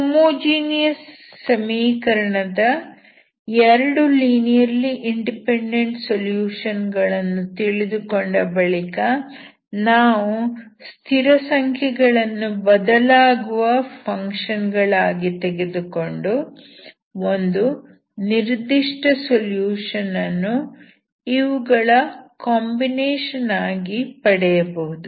homogeneous ಸಮೀಕರಣದ 2 linearly independent solution ಗಳನ್ನು ತಿಳಿದುಕೊಂಡ ಬಳಿಕ ನಾವು ಸ್ಥಿರಸಂಖ್ಯೆಗಳನ್ನು ಬದಲಾಗುವ ಫಂಕ್ಷನ್ ಗಳಾಗಿ ತೆಗೆದುಕೊಂಡು ಒಂದು ನಿರ್ದಿಷ್ಟ ಸೊಲ್ಯೂಷನ್ ಅನ್ನು ಇವುಗಳ ಕಾಂಬಿನೇಶನ್ ಆಗಿ ಪಡೆಯಬಹುದು